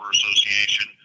Association